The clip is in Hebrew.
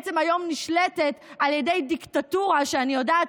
שבעצם היום נשלטת על ידי דיקטטורה שאני יודעת